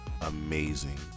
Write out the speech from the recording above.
amazing